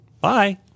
bye